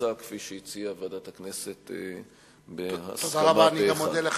המוצע כפי שהציעה ועדת הכנסת בהסכמה פה אחד.